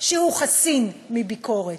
שהוא חסין מביקורת,